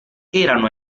erano